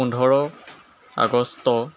পোন্ধৰ আগষ্ট